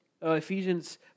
Ephesians